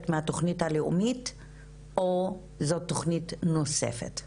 מהתוכנית הלאומית או זאת תוכנית נוספת.